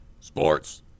Sports